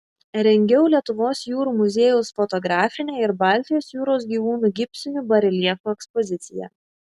rengiau lietuvos jūrų muziejaus fotografinę ir baltijos jūros gyvūnų gipsinių bareljefų ekspoziciją